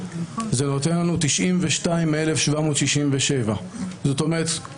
זה נותן לנו 92,767. זאת אומרת,